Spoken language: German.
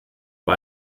bei